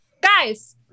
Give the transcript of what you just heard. Guys